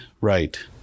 right